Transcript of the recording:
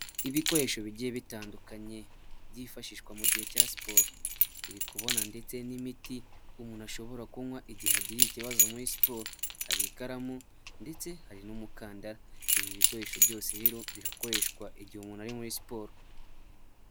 Ibikoresho bigiye bitandukanye byifashishwa mu gihe cya siporo, turi kubona ndetse n'imiti umuntu ashobora kunywa igihe agiriye ikibazo muri siporo, Hari ikaramu ndetse hari n'umukandara. Ibi bikoresho byose rero bikoreshwa igihe umuntu ari muri siporo.